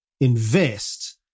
invest